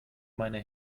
meine